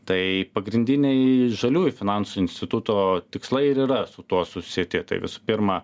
tai pagrindiniai žaliųjų finansų instituto tikslai ir yra su tuo susieti tai visų pirma